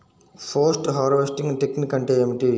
Post harvesting technique అంటే ఏమిటీ?